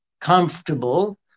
comfortable